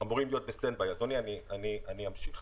אדוני, אני אמשיך.